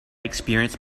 experienced